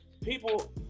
people